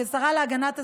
כשרה להגנת הסביבה,